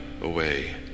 away